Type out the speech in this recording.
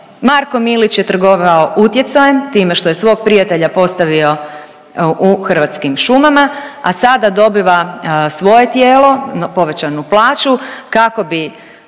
Marko Milić je trgovao utjecajem time što je svog prijatelja postavio u Hrvatskim šumama, a sada dobiva svoje tijelo povećanu plaću kako bi